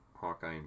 Hawkeye